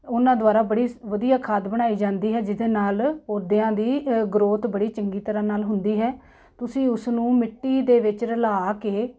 ਉਹਨਾਂ ਦੁਆਰਾ ਬੜੀ ਵਧੀਆ ਖਾਦ ਬਣਾਈ ਜਾਂਦੀ ਹੈ ਜਿਹਦੇ ਨਾਲ ਪੌਦਿਆਂ ਦੀ ਗਰੋਥ ਬੜੀ ਚੰਗੀ ਤਰ੍ਹਾਂ ਨਾਲ ਹੁੰਦੀ ਹੈ ਤੁਸੀਂ ਉਸ ਨੂੰ ਮਿੱਟੀ ਦੇ ਵਿੱਚ ਰਲਾ ਕੇ